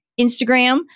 Instagram